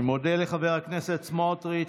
אני מודה לחבר הכנסת סמוטריץ'.